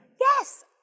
yes